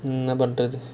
என்ன பண்றது:enna pandrathu